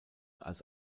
als